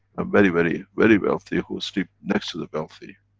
um very, very, very wealthy, who sleep next to the wealthy.